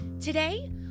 Today